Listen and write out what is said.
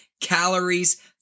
Calories